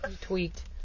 Tweaked